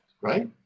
right